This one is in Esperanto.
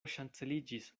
ŝanceliĝis